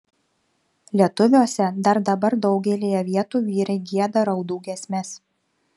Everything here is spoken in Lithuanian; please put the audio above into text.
lietuviuose dar dabar daugelyje vietų vyrai gieda raudų giesmes